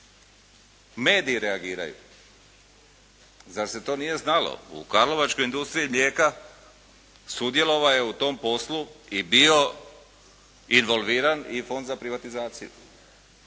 mediji reagiraju. Zar se to nije znalo? U Karlovačkoj industriji mlijeka sudjelovao je u tom poslu i bio involviran i Fond za privatizaciju.